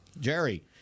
Jerry